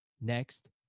Next